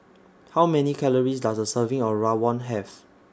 How Many Calories Does A Serving of Rawon Have